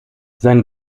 sein